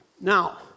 Now